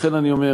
לכן אני אומר,